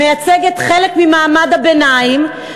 מייצגת חלק ממעמד הביניים,